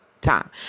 time